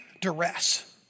duress